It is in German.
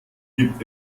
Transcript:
gibt